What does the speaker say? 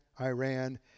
Iran